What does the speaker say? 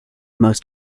most